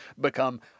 become